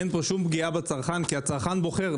אין פה שום פגיעה בצרכן כי הצרכן בוחר,